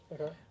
Okay